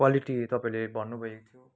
quality तपाईँले भन्नुभयो